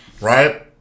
right